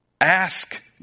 Ask